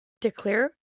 declare